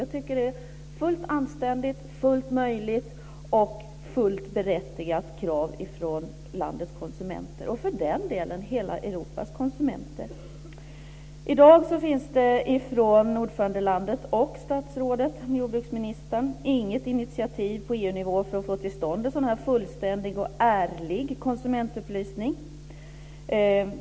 Det är ett fullt anständigt, fullt möjligt och fullt berättigat krav från landets konsumenter, och för den delen från hela I dag finns från ordförandelandet och jordbruksministern inget initiativ på EU-nivå för att få till stånd en sådan fullständig och ärlig konsumentupplysning.